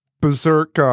Berserk